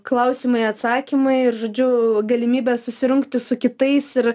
klausimai atsakymai ir žodžiu galimybė susirungti su kitais ir